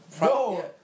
No